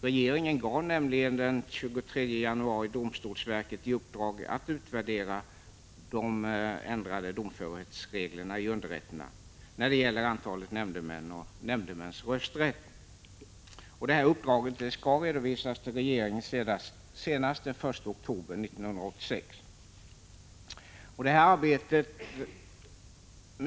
Regeringen gav nämligen den 23 januari domstolsverket i uppdrag att utvärdera de ändrade domförhetsreglerna i underrätterna när det gäller antalet nämndemän och nämndemäns rösträtt.